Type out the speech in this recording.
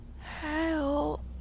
Hell